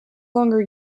longer